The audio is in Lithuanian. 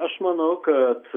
aš manau kad